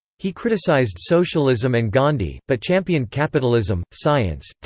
he criticised socialism and gandhi, but championed capitalism, science,